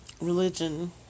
religion